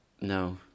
no